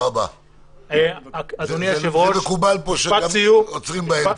מקובל פה שעוצרים באמצע.